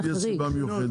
לא תהיה סיבה מיוחדת.